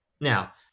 Now